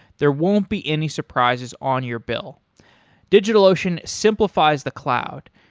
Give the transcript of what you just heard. there won't be any surprises on your bill digitalocean simplifies the cloud.